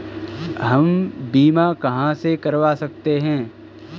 हम बीमा कहां से करवा सकते हैं?